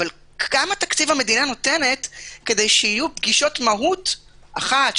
אבל כמה תקציב המדינה נותנת כדי שיהיו פגישות מהו"ת - אחת,